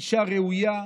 אישה ראויה,